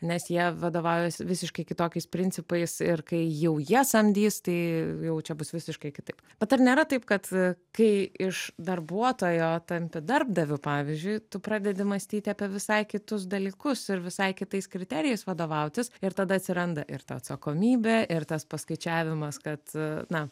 nes jie vadovaujasi visiškai kitokiais principais ir kai jau jie samdys tai jau čia bus visiškai kitaip bet ar nėra taip kad kai iš darbuotojo tampi darbdaviu pavyzdžiui tu pradedi mąstyti apie visai kitus dalykus ir visai kitais kriterijais vadovautis ir tada atsiranda ir ta atsakomybė ir tas paskaičiavimas kad na